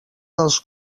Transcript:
dels